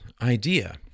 idea